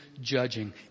judging